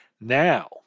Now